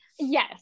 Yes